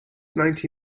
ninety